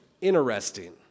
interesting